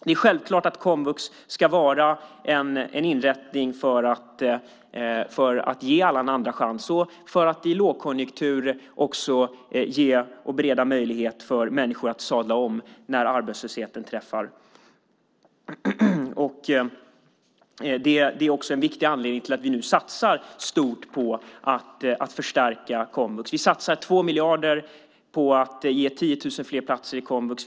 Det är självklart att komvux ska vara en inrättning för att ge alla en andra chans och för att i lågkonjunktur också bereda möjlighet för människor att sadla om när arbetslösheten träffar dem. Det är en viktig anledning till att vi nu satsar stort på att förstärka komvux. Vi satsar 2 miljarder på att ge 10 000 fler platser till komvux.